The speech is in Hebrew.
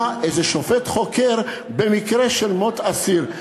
איזה שופט חוקר במקרה של מות אסיר?